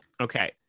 okay